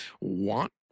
want